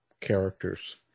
characters